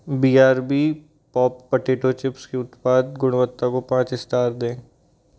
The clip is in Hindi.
B R B pop potato chips की उत्पाद गुणवत्ता को पाँच स्टार दें